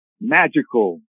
magical